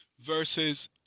Versus